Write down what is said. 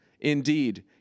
Indeed